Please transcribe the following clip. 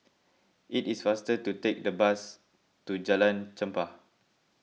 it is faster to take the bus to Jalan Chempah